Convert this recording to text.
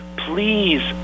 please